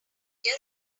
than